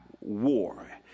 war